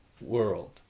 world